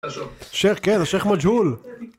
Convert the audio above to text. שייח, כן, השייח מג'הול